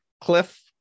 Cliff